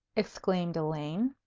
exclaimed elaine.